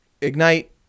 ignite